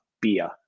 beer